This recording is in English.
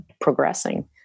progressing